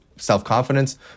self-confidence